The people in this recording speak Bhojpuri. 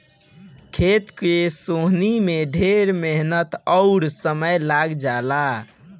खेत के सोहनी में ढेर मेहनत अउर समय लाग जला